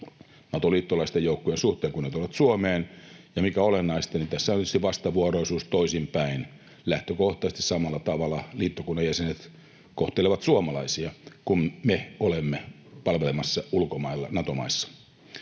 Nato-liittolaisten joukkojen suhteen, kun ne tulevat Suomeen. Ja mikä olennaista, tässä on tietysti vastavuoroisuus toisinpäin: lähtökohtaisesti samalla tavalla liittokunnan jäsenet kohtelevat suomalaisia, kun me olemme palvelemassa ulkomailla Nato-maissa.